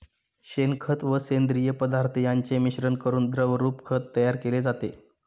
शेणखत व सेंद्रिय पदार्थ यांचे मिश्रण करून द्रवरूप खत तयार केले जाते